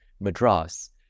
Madras